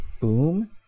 Boom